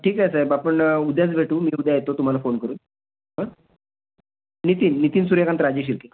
ठीक आहे साहेब आपण उद्याच भेटू मी उद्या येतो तुम्हाला फोन करून नितीन नितीन सूर्यकांत राजेशिर्के